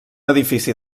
edifici